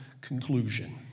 conclusion